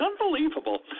unbelievable